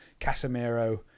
Casemiro